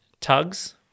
Tugs